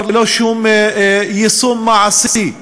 ללא שום יישום מעשי.